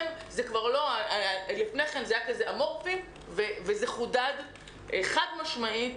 לפני כן זה היה אמורפי וזה חוּדד חד-משמעית.